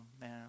man